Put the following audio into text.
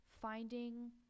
finding